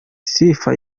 sifa